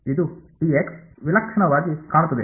ಇದು ವಿಲಕ್ಷಣವಾಗಿ ಕಾಣುತ್ತದೆ